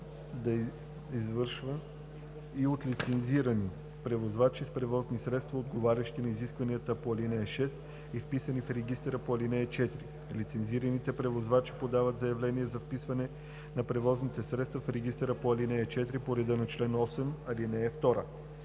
се извършва и от лицензирани превозвачи с превозни средства, отговарящи на изискванията на ал. 6 и вписани в регистъра по ал. 4. Лицензираните превозвачи подават заявление за вписване на превозните средства в регистъра по ал. 4 по реда на чл. 8, ал. 2.